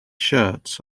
shirts